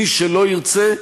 מי שלא ירצה,